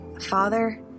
Father